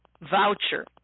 voucher